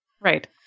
Right